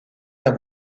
d’un